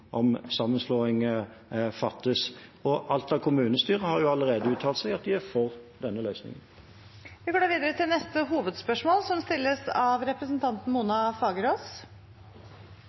om sammenslåing fattes. Alta kommunestyre har allerede uttalt at de er for denne løsningen. Vi går videre til neste hovedspørsmål.